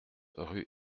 rue